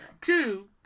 Two